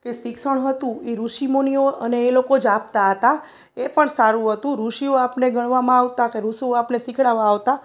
કે શિક્ષણ હતું એ ઋષિ મુનિઓ અને એ લોકો જ આપતા હતા એ પણ સારું હતું ઋષિઓ આપણે ગણવામાં આવતા કે ઋષુ આપણને શિખવાડવા આવતા